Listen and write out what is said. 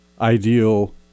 ideal